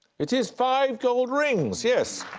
it is five gold rings, yes.